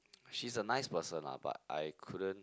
she's a nice person lah but I couldn't